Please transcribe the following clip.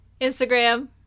Instagram